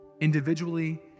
individually